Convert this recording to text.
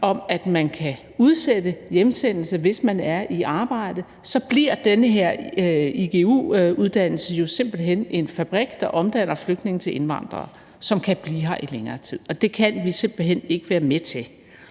hvor man kan udsætte hjemsendelse, hvis man er i arbejde, så bliver den her igu-uddannelse jo simpelt hen en fabrik, der omdanner flygtninge til indvandrere, som kan blive her i længere tid, og det kan vi simpelt hen ikke være med til.